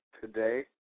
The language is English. today